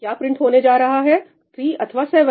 क्या प्रिंट होने जा रहा है 3 अथवा 7